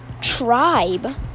tribe